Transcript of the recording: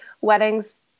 weddings